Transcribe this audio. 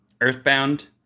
Earthbound